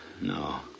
No